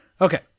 Okay